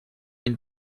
une